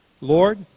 Lord